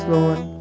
Lord